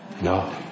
No